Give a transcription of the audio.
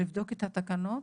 לבדוק את התקנות.